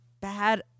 bad